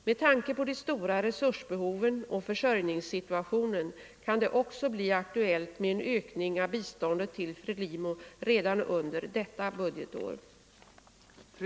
Med tanke på de stora resursbehoven och försörj ningssituationen kan det också bli aktuellt med en ökning av biståndet till FRELIMO redan under detta budgetår.